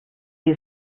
sie